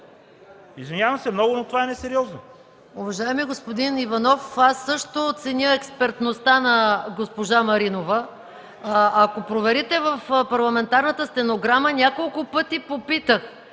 Извинявам се много, но това е несериозно.